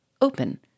Open